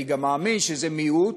ואני גם מאמין שזה מיעוט,